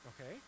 okay